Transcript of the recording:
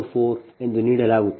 6144 ಎಂದು ನೀಡಲಾಗುತ್ತದೆ